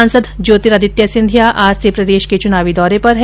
सांसद ज्योतिरादित्य सिंधिया आज से प्रदेश के चुनावी दौरे पर है